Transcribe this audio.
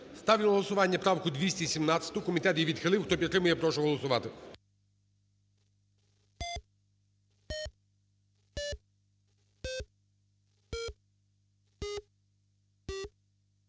Ставлю на голосування правку 223, комітет її відхилив. Хто підтримує, я прошу голосувати.